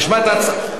נשמע את התשובה.